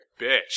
bitch